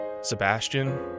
Sebastian